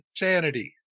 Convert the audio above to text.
insanity